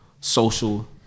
social